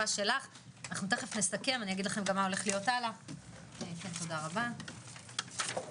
תודה רבה שהזמנתם אותי לדיון למרות שפארמה ישראל לא הוזמנה.